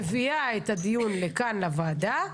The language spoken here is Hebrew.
הייתי מביאה את הדיון לכאן לוועדה,